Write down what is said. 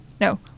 No